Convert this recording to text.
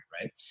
right